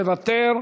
מוותר,